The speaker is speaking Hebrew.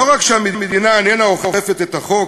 לא רק שהמדינה איננה אוכפת את החוק,